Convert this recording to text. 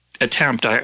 attempt